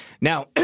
Now